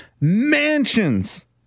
mansions